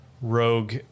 rogue